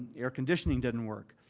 air conditioning didn't work,